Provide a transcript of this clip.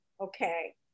okay